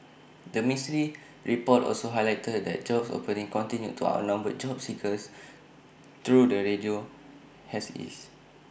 the ministry's report also highlighted that job openings continued to outnumber job seekers though the ratio has eased